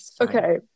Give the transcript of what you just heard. Okay